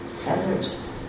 feathers